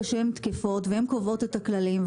כרגע תוכניות שהן תקפות והן קובעות את הכללים,